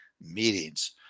meetings